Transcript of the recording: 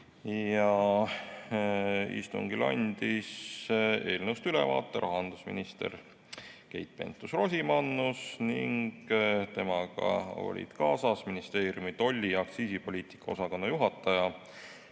Istungil andis eelnõust ülevaate rahandusminister Keit Pentus-Rosimannus ning temaga olid kaasas ministeeriumi tolli‑ ja aktsiisipoliitika osakonna juhataja